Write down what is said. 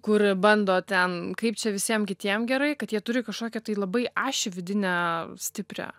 kur bando ten kaip čia visiem kitiem gerai kad jie turi kašokią tai labai ašį vidinę stiprią